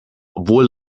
obwohl